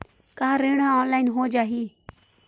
का ऋण ह ऑनलाइन हो जाही?